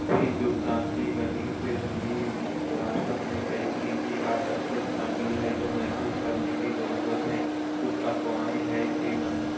ہندوستان کی اغنی فرنگی وارثت میں کئی قیمتی آرٹ اشیا شامل ہے جو محفوظ کرنے کی ضرورت ہے کچھ افواہیں ہیں کے من